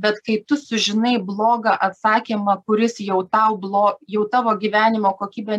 bet kaip tu sužinai blogą atsakymą kuris jau tau blo jau tavo gyvenimo kokybę